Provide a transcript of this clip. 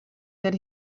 that